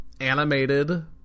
animated